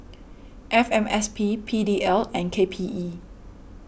F M S P P D L and K P E